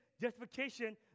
justification